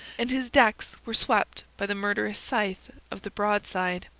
and his decks were swept by the murderous scythe of the broadside.